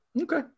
Okay